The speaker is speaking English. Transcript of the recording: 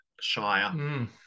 shire